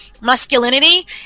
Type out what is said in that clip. Masculinity